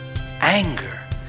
Anger